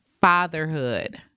Fatherhood